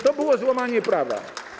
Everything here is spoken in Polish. To było złamanie prawa.